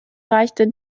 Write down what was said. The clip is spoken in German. reichte